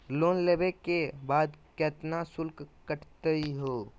Loan लेवे के बाद केतना शुल्क कटतही हो?